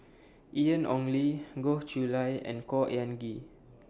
Ian Ong Li Goh Chiew Lye and Khor Ean Ghee